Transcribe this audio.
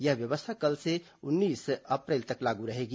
यह व्यवस्था कल से उन्नीस अप्रैल तक लागू रहेगी